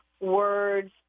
words